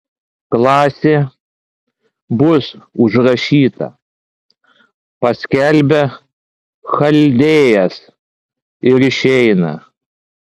klasė bus užrašyta paskelbia chaldėjas ir išeina